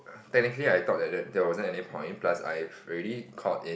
technically I thought that there wasn't any point plus I have already called in